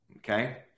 Okay